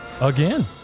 Again